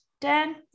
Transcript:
Dan